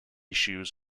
shoes